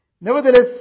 Nevertheless